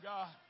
God